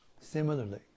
Similarly